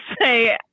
say